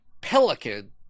Pelican